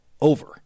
over